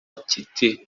kiti